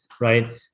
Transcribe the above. Right